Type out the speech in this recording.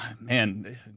Man